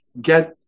get